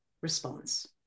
response